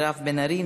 מירב בן ארי,